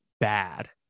bad